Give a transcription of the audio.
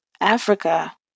Africa